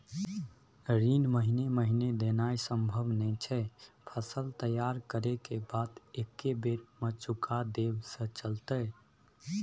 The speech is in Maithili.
ऋण महीने महीने देनाय सम्भव नय छै, फसल तैयार करै के बाद एक्कै बेर में चुका देब से चलते?